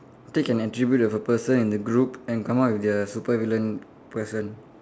pick an attribute of a person in the group and come up with the supervillain person